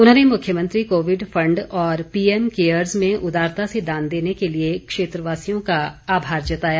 उन्होंने मुख्यमंत्री Covid fund और पीएम केयरज में उदारता से दान देने के लिए क्षेत्रवासियों का आभार जताया